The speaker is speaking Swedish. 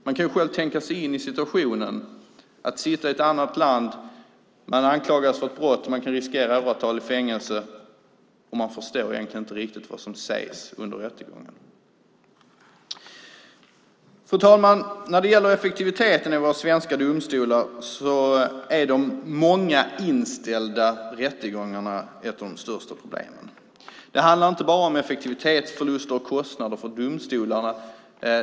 Man kan själv tänka sig in i situationen att sitta i ett annat land och anklagas för ett brott som man riskerar åratal i fängelse för, och man förstår inte riktigt vad som sägs under rättegången. Fru talman! När det gäller effektiviteten i våra svenska domstolar är de många inställda rättegångarna ett av de största problemen. Det handlar inte bara om effektivitetsförluster och kostnader för domstolarna.